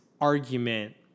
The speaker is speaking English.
argument